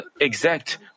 exact